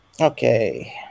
Okay